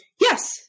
Yes